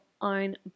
own